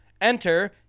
Enter